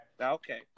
Okay